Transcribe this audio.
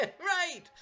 right